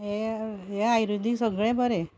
हें हें आयुर्वेदीक सगळें बरें